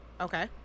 Okay